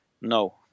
No